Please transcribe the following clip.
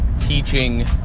teaching